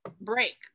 break